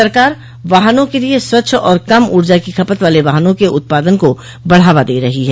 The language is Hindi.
सरकार वाहनों के लिए स्वच्छ और कम ऊर्जा की खपत वाले वाहनों के उत्पादन को बढ़ावा दे रही है